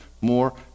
more